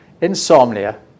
Insomnia